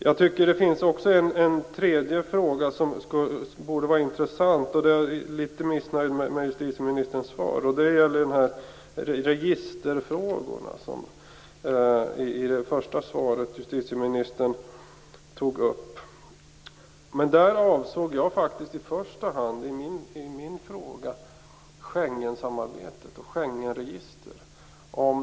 Jag tycker att det också finns en tredje fråga som borde vara intressant, och där är jag litet missnöjd med justitieministerns svar. Det gäller registerfrågorna, som justitieministern tog upp i det första svaret. Men i min fråga avsåg jag faktiskt i första hand Schengensamarbetet och Schengenregister.